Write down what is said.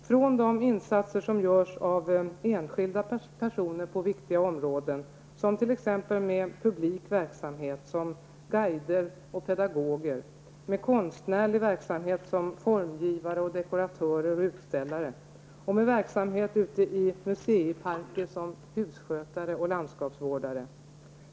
Vi har de insatser som görs av enskilda personer på viktiga områden, t.ex. med publik verksamhet som guider och pedagoger, med konstnärlig verksamhet som formgivare, dekoratörer och utställare, och med verksamhet ute i museeiparker som husskötare och landskapsvårdare.